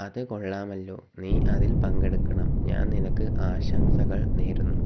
അത് കൊള്ളാമല്ലോ നീ അതിൽ പങ്കെടുക്കണം ഞാൻ നിനക്ക് ആശംസകൾ നേരുന്നു